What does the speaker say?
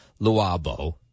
Luabo